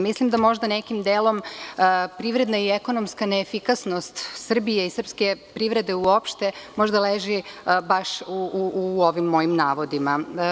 Mislim da možda nekim delom privredna i ekonomska neefikasnost Srbije i srpske privrede uopšte možda leži baš u ovim mojim navodima.